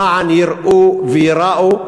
למען יראו וייראו.